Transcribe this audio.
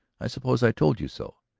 i suppose i told you so.